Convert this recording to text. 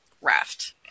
raft